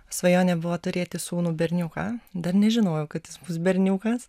svajonė buvo turėti sūnų berniuką dar nežinojau kad jis bus berniukas